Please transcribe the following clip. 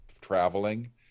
traveling